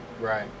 Right